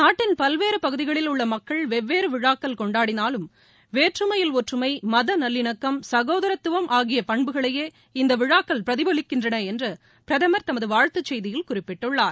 நாட்டின் பல்வேறுபகுதிகளில் உள்ளமக்கள் வெவ்வேறுவிழாக்கள் கொண்டாடினாலும் வேற்றுமையில் மதநல்லிணக்கம் சகோதரத்துவம் ஆகியபண்புகளையே இந்தவிழாக்கள் ஒற்றுமை பிரதிபலிக்கின்றனஎன்றுபிரதமர் தமதுவாழ்த்துச் செய்தியில் குறிப்பிட்டுள்ளார்